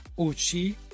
Uchi